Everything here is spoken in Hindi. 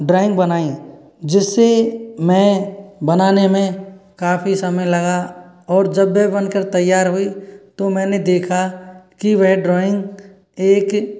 ड्रॉइंग बनाई जिससे मैं बनाने में काफ़ी समय लगा और जब वह बनकर तैयार हुई तो मैंने देखा कि वह ड्रॉइंग एक